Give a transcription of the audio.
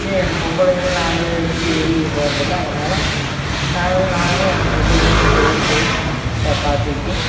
சரி எங்கள் பொம்பளைகளும் நாங்களும் எங்கேயும் வெளியில் போகிறதில்ல அதனால் நாங்களும் நானும் எங்கள் பொம்பளைகளும் ரெண்டு பேரும் போய் அதை பார்த்துக்கிட்டு